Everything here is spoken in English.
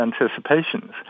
anticipations